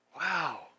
Wow